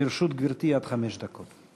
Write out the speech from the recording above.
לרשות גברתי עד חמש דקות.